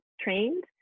trained